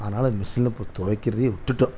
அதனால மிஷினில் போட்டு துவைக்கிறதே விட்டுட்டோம்